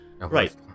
Right